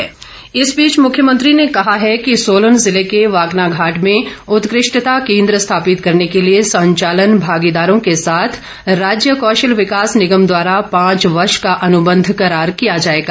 कौशल विकास मुख्यमंत्री जयराम ठाकूर ने कहा है कि सोलन ज़िले के वाकनाघाट में उत्कृष्टता केंद्र स्थापित करने के लिए संचालन भागीदारों के साथ राज्य कौशल विकास निगम द्वारा पांच वर्ष का अनुबंध करार किया जाएगा